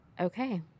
Okay